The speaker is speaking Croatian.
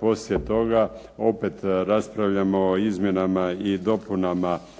poslije toga opet raspravljamo o izmjenama i dopunama